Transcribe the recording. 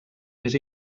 més